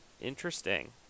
Interesting